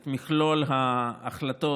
את מכלול ההחלטות.